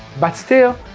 but still,